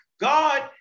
God